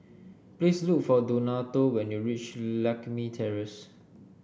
please look for Donato when you reach Lakme Terrace